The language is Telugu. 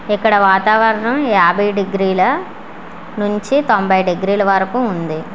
ఇక్కడ వాతావరణం యాభై డిగ్రీల నుంచి తొంభై డిగ్రీల వరకూ ఉంది